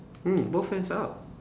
mm both hands up